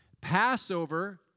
Passover